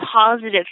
positive